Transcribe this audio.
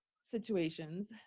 situations